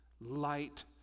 light